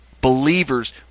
believers